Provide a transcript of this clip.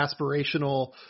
aspirational –